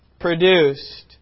produced